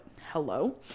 Hello